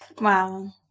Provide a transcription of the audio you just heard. Wow